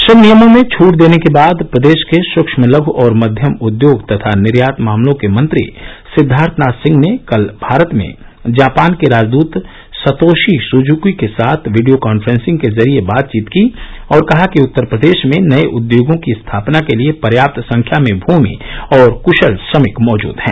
श्रम नियमों में छूट देने के बाद बाद प्रदेश के सूक्म लघु और मध्यम उद्योग तथा निर्यात मामलों के मंत्री सिद्वार्थ नाथ सिंह ने कल भारत में जापान के राजदूत सतोशी सज़की के साथ वीडियो कॉन्फ्रेंसिंग के जरिए बातचीत की और कहा कि उत्तर प्रदेश में नए उद्योगो की स्थापना के लिए पर्याप्त संख्या में भूमि और क्राल श्रमिक मौजूद हैं